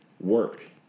work